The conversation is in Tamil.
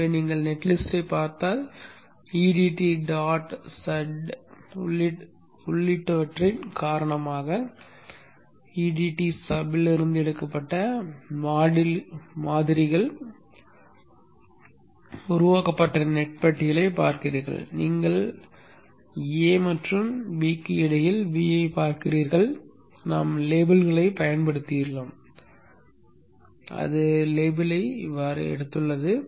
எனவே நீங்கள் நெட்டில் பார்த்தால் edt dot sud உள்ளிட்டவற்றின் காரணமாக edt sub இலிருந்து எடுக்கப்பட்ட மாதிரிகள் உருவாக்கப்பட்ட நெட் பட்டியலைப் பார்க்கிறீர்கள் நீங்கள் A மற்றும் b க்கு இடையில் V ஐப் பார்க்கிறீர்கள் நாம் லேபிள்களைப் பயன்படுத்தியுள்ளோம் அது லேபிளை எடுத்துள்ளது